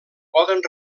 poden